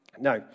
now